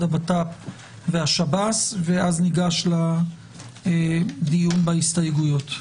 לביטחון פנים והשב"ס ואז ניגש לדיון בהסתייגויות.